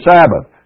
Sabbath